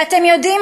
אתם יודעים?